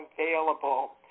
available